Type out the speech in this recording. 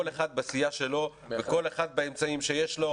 אחד בסיעה שלו וכל אחד באמצעים שיש לו,